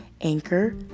Anchor